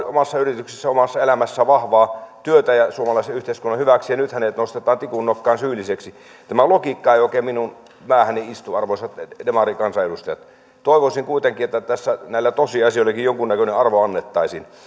omassa yrityksessään ja omassa elämässään vahvaa työtä suomalaisen yhteiskunnan hyväksi ja nyt hänet nostetaan tikun nokkaan syylliseksi tämä logiikka ei oikein minun päähäni istu arvoisat demarikansanedustajat toivoisin kuitenkin että tässä näille tosiasioillekin jonkunnäköinen arvo annettaisiin